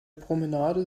promenade